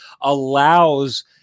allows